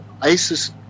ISIS